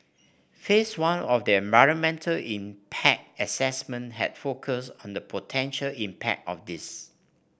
phase one of the environmental impact assessment had focused on the potential impact of this